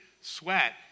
sweat